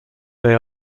they